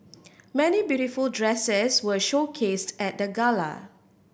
many beautiful dresses were showcased at the gala